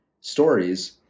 stories